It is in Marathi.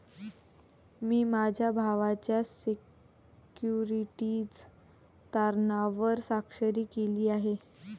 मी माझ्या भावाच्या सिक्युरिटीज तारणावर स्वाक्षरी केली आहे